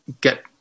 get